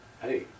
hey